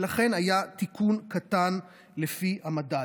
ולכן היה תיקון קטן לפי המדד.